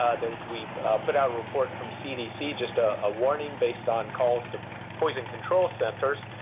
the we put out a report from cdc, just ah a warning based on calls to poison control centers,